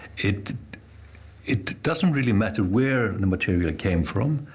it it doesn't really matter where the material came from.